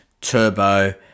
Turbo